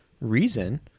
reason